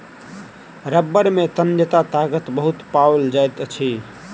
रबड़ में तन्यता ताकत बहुत पाओल जाइत अछि